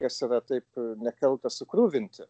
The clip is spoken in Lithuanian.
ir save taip nekaltą sukruvinti